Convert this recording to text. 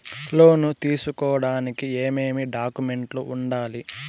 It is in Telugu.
లోను తీసుకోడానికి ఏమేమి డాక్యుమెంట్లు ఉండాలి